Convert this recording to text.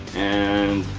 and